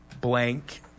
blank